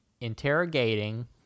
interrogating